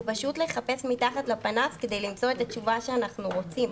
פשוט לחפש מתחת לפנס כדי למצוא את התשובה שאנחנו רוצים,